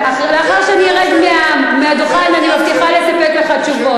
לאחר שאני ארד מהדוכן אני מבטיחה לספק לך תשובות.